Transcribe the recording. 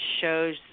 shows